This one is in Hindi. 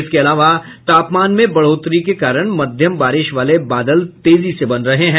इसके अलावा तापमान में बढ़ोतरी के कारण मध्यम बारिश वाले बादल तेजी से बन रहे हैं